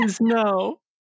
no